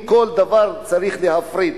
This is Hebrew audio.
כל דבר צריך להפריט,